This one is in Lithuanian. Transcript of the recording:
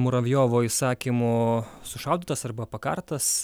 muravjovo įsakymu sušaudytas arba pakartas